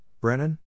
Brennan